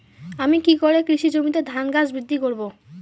আমি কী করে কৃষি জমিতে ধান গাছ বৃদ্ধি করব?